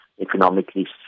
economically